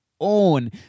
own